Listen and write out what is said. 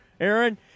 Aaron